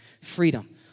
Freedom